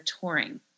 touring